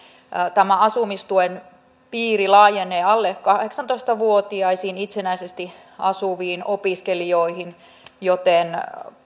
tämä asumistuen piiri laajenee alle kahdeksantoista vuotiaisiin itsenäisesti asuviin opiskelijoihin joten